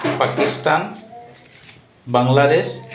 Pakistan Bangladesh